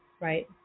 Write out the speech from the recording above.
Right